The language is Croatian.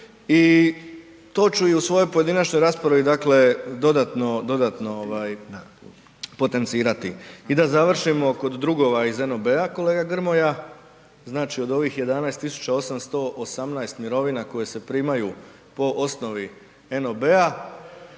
i to ću i u svojoj pojedinačnoj raspravi dakle dodatno potencirati. I da završimo kod drugova iz NOB-a, kolega Grmoja, znači od ovih 11 818 mirovina koje se primaju po osnovi NOB-a,